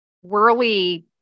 whirly